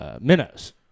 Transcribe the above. minnows